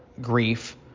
grief